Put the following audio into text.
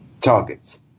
targets